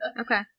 Okay